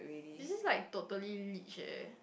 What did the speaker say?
it is like totally leech leh